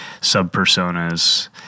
sub-personas